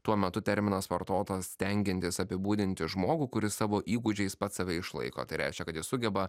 tuo metu terminas vartotas stengiantis apibūdinti žmogų kuris savo įgūdžiais pats save išlaiko tai reiškia kad jis sugeba